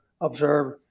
observe